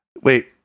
Wait